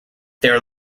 their